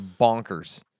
bonkers